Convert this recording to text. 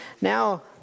Now